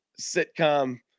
sitcom